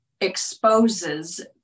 exposes